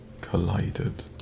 collided